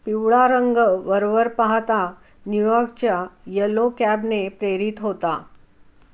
पिवळा रंग वरवर पाहता न्यूयॉकच्या यलो कॅबने प्रेरित होता